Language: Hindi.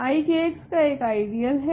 तो I K का एक आइडियल है